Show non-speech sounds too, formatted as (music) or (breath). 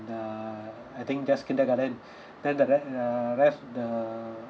the I think just kindergarten (breath) then the rest err rest the